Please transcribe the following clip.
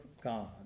God